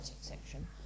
section